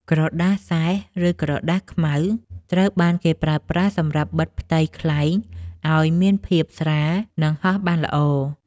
ក្រដាសសែស ឬក្រដាសស្មៅ ត្រូវបានគេប្រើប្រាស់សម្រាប់បិទផ្ទៃខ្លែងឱ្យមានភាពស្រាល និងហោះបានល្អ។